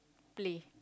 play